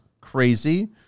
crazy